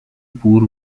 بور